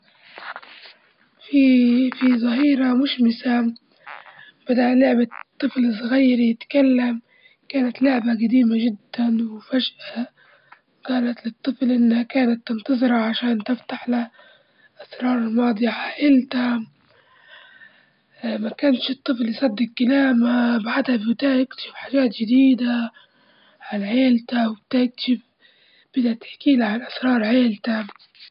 في في ظهيرة مشمسة، بدأ لعبة طفل صغير يتكلم، كانت لعبة جديمة جدًا، وفجأة قالت للطفل إنها كانت تنتظره عشان تفتح له أسراره الماضية عن عيلته ما كانش الطفل يصدق كلامها بعدها بدأ يكتشف حاجات جديدة عن عيلته وابتدا يكتشف بدها تحكي لهاعن أسرار عيلته.